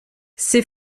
ses